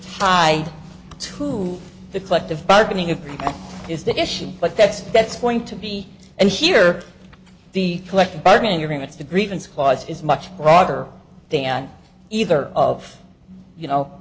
tied to the collective bargaining agreement is the issue but that's that's going to be and here the collective bargaining agreements the grievance clause is much broader than either of you know